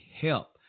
help